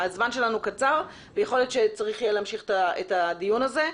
הזמן שלנו קצר ויכול להיות שצריך יהיה להמשיך את הדיון הזה.